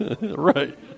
Right